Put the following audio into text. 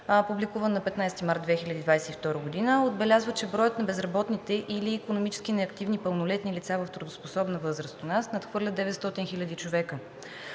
публикуван на 15 март 2022 г., отбелязва, че броят на безработните или икономически неактивни пълнолетни лица в трудоспособна възраст у нас надхвърля 900 хиляди човека.